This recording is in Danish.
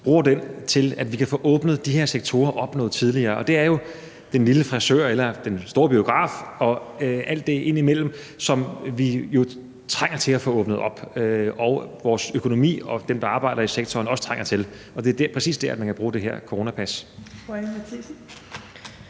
bruge den til at få åbnet de her sektorer op noget tidligere. Det er jo den lille frisør, den store biograf og alt det ind imellem, som vi jo trænger til at få åbnet op, og vores økonomi og dem, der arbejder i sektoren, trænger også til det. Og det er præcis der, hvor man kan bruge det her coronapas.